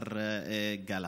השר גלנט.